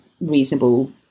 reasonable